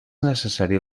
necessari